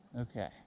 Okay